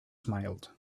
smiled